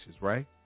right